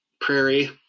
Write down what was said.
prairie